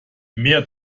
mehr